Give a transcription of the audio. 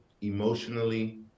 emotionally